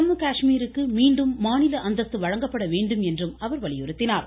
ஜம்மு காஷ்மீருக்கு மீண்டும் மாநில அந்தஸ்து வழங்கப்பட வேண்டும் என்றும் அவர் வலியுறுத்தினார்